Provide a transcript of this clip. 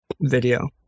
video